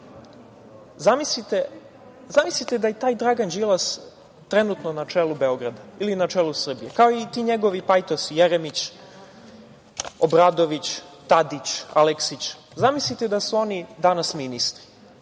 to. Zamislite da je taj Dragan Đilas trenutno na čelu Beograda ili na čelu Srbije, kao i ti njegovi pajtosi, Jeremić, Obradović, Tadić, Aleksić, zamislite da su oni danas ministri,